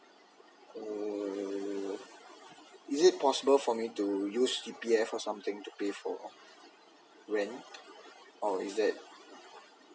uh is it possible for me to use E_P_F or something to pay for rent or is that